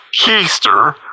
keister